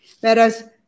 Whereas